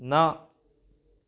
न